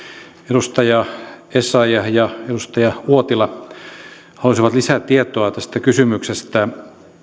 edustaja essayah ja edustaja uotila halusivat lisää tietoa tästä kysymyksestä